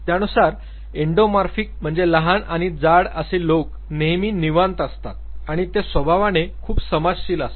त्यानुसार एंडोमॉर्फिक म्हणजे लहान आणि जाड असे लोक नेहमी निवांत असतात आणि ते स्वभावाने खूप समाजशील असतात